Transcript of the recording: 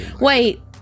Wait